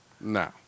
No